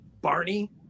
barney